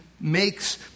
makes